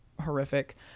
horrific